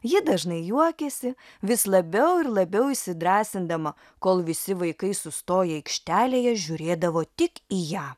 ji dažnai juokėsi vis labiau ir labiau įsidrąsindama kol visi vaikai sustoję aikštelėje žiūrėdavo tik į ją